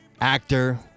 actor